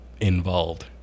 involved